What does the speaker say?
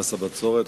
מס הבצורת.